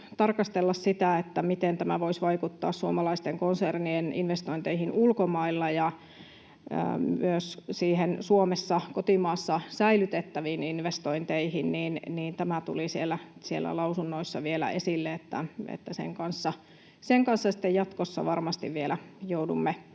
tarkastella sitä, miten tämä voisi vaikuttaa suomalaisten konsernien investointeihin ulkomailla ja myös Suomessa, kotimaassa, säilytettäviin investointeihin. Tämä tuli siellä lausunnoissa vielä esille, ja siitä sitten jatkossa varmasti vielä joudumme